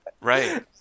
Right